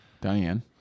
Diane